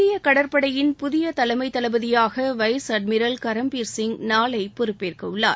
இந்திய கடற்படையின் புதிய தலைமை தளபதியாக வைஸ் அட்மிரல் கரம்பீா சிங் நாளை பொறுப்பேற்க உள்ளார்